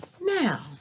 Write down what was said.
Now